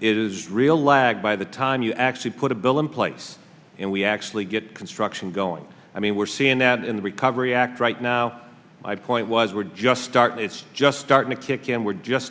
is real lag by the time you actually put a bill in place and we actually get construction going i mean we're seeing that in the recovery act right now my point was we're just starting it's just starting to kick in we're just